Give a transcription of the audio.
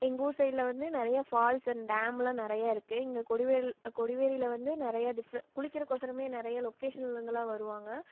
எங்கள் ஊர் சைடில் வந்து நிறைய ஃபால்ஸ் அண்ட் டேம்லாம் நிறைய இருக்குது இங்கே கொடிவேல் கொடிவேரியில் வந்து நிறைய டிஃப்ரென் குளிக்கிறதுக்கோசரம் நிறைய லொகேஷனில் இருந்தெல்லாம் வருவாங்க